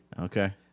Okay